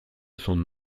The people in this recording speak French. son